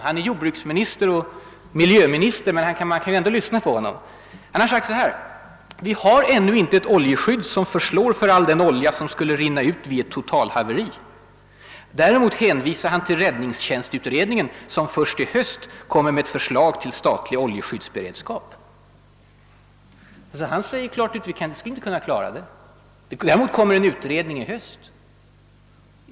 Han är jordbruksminister och miljöminister, men herr Norling kan ju ändå lyssna på honom. Han har sagt: Vi har ännu inte ett oljeskydd som förslår för all den olja som skulle rinna ut vid ett totalhaveri. Däremot hänvisar han till räddningstjänstutredningen, som först i höst kommer med ett förslag till statlig oljeskyddsberedskap. Herr Bengtsson säger alltså klart och tydligt att vi inte skulle kunna klara en sådan oljekatastrof men att en utredning framlägger förslag i höst.